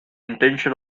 intention